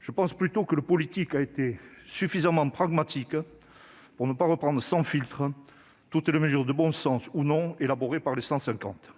Je pense plutôt que le politique a été suffisamment pragmatique pour ne pas reprendre sans filtre toutes les mesures, de bon sens ou non, élaborées par les « 150